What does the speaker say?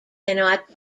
cannot